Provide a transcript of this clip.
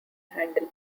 handle